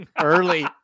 Early